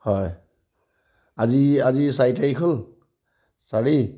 হয় আজি আজি চাৰি তাৰিখ হ'ল চাৰি